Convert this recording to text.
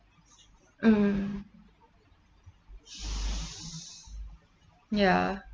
mm ya